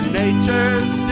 nature's